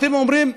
אתם אומרים: